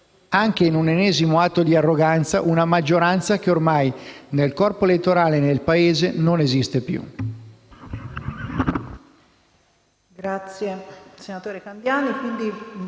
anche in un ennesimo atto di arroganza, una maggioranza che ormai nel corpo elettorale e nel Paese non esiste più.